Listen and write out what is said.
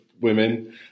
women